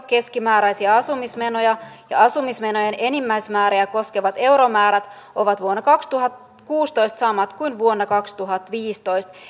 keskimääräisiä asumismenoja ja asumismenojen enimmäismääriä koskevat euromäärät ovat vuonna kaksituhattakuusitoista samat kuin vuonna kaksituhattaviisitoista